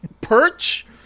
perch